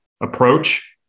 approach